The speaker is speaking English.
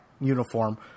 uniform